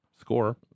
Score